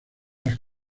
las